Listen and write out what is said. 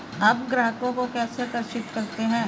आप ग्राहकों को कैसे आकर्षित करते हैं?